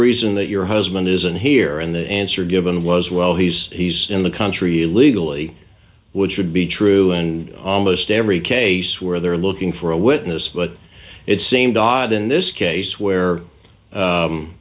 reason that your husband isn't here and the answer given was well he's he's in the country illegally which would be true in almost every case where they're looking for a witness but it seemed odd in this case where